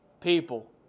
people